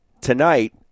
Tonight